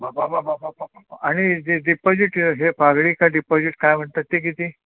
बा बा बा बा बा बा बा आणि जे डिपॉजिट हे पागडी का डिपॉजिट काय म्हणतात ते किती